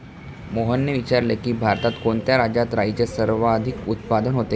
मोहनने विचारले की, भारतात कोणत्या राज्यात राईचे सर्वाधिक उत्पादन होते?